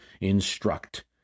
instruct